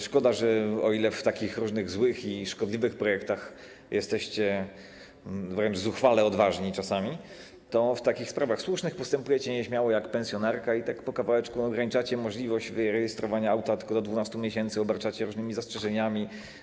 Szkoda, że o ile w takich różnych złych i szkodliwych projektach jesteście wręcz zuchwale odważni czasami, to w takich sprawach słusznych postępujecie nieśmiało jak pensjonarka i tak po kawałeczku ograniczacie możliwość wyrejestrowania auta tylko do 12 miesięcy, obarczacie różnymi zastrzeżeniami.